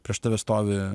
prieš tave stovi